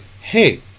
hey